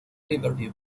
riverview